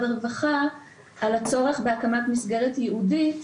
הרווחה על הצורך בהקמת מסגרת ייעודית,